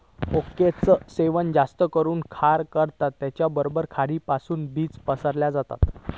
ओकचा सेवन जास्त करून खार करता त्याचबरोबर खारीपासुन बीज पसरला जाता